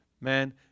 Man